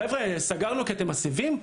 חבר'ה, סגרנו כי אתם מסבים?